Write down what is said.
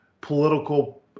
political